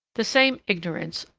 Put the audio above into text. the same ignorance,